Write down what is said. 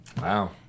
Wow